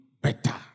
better